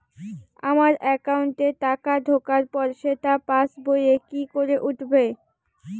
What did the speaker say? আমার একাউন্টে টাকা ঢোকার পর সেটা পাসবইয়ে কি করে উঠবে?